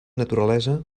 naturalesa